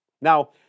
Now